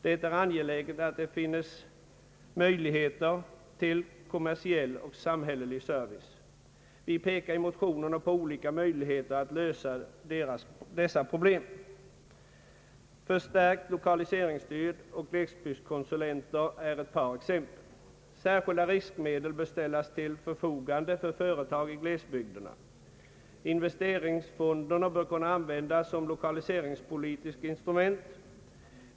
Det är angeläget att det finns möjligheter till kommersiell och samhällelig service. Vi pekar i motionerna på olika möjligheter att lösa dessa problem. Förstärkt lokaliseringsstöd och glesbygdskonsulenter är ett par exempel. Särskilda riskmedel bör ställas till förfogande för företag i glesbygderna. Investeringsfonderna bör kunna användas som lokaliseringspolitiskt instrument.